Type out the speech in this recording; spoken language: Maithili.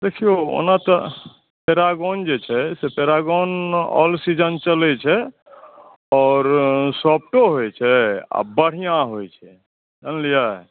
देखियौ ओना तऽ पैरागौन जे छै से पैरागौनमे ऑल सीजन चलैत छै आओर सॉफ़्टो होइत छै आ बढ़िआँ होइत छै जानलियै